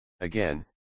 Again